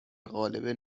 قالب